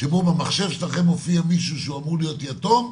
שבו במחשב שלכם הופיע מישהו שהוא אמור להיות יתום,